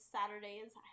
Saturdays